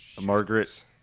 Margaret